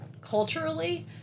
culturally